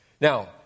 Now